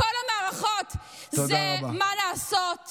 הבן אדם הזה, שהקרע בעם הוא על שמו.